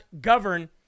govern